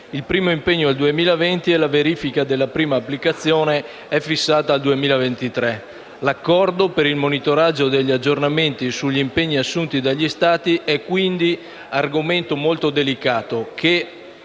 (il primo impegno 2020, che è la verifica della prima applicazione, è fissato al 2023). L'accordo per il monitoraggio degli aggiornamenti sugli impegni assunti dagli Stati è quindi argomento molto delicato,